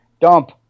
dump